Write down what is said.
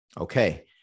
Okay